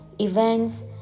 events